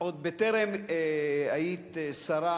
אדוני היושב-ראש, גברתי